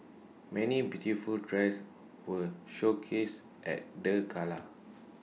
many beautiful dresses were showcased at the gala